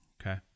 Okay